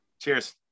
Cheers